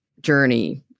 journey